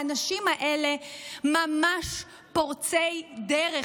האנשים האלה ממש פורצי דרך,